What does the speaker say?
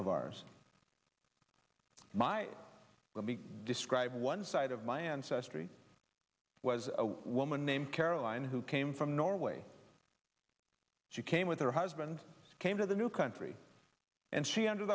of ours my let me describe one side of my ancestry was a woman named caroline who came from norway she came with her husband came to the new country and she under